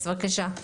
בבקשה.